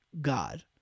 God